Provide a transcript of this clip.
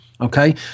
okay